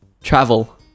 Travel